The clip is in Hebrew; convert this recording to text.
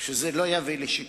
מאוד שזה לא יביא לשיתוק,